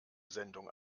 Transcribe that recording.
sendung